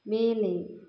மேலே